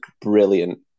brilliant